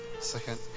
second